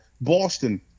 Boston